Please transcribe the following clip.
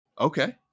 Okay